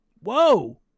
whoa